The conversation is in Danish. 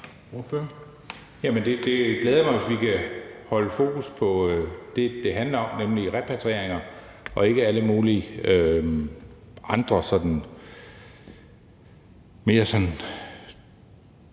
det glæder mig, hvis vi kan holde fokus på det, det handler om, nemlig repatriering, og ikke alle mulige andre